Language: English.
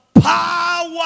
power